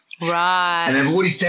Right